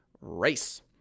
race